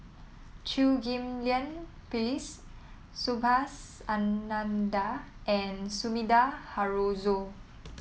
Chew Ghim Lian Phyllis Subhas Anandan and Sumida Haruzo